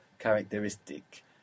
characteristic